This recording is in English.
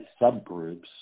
subgroups